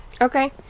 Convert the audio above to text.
Okay